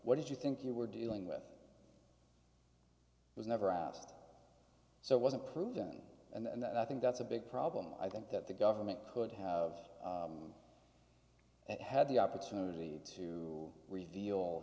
what did you think you were dealing with was never asked so it wasn't proven and i think that's a big problem i think that the government could have had the opportunity to reveal